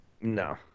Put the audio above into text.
No